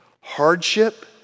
Hardship